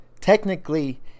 Technically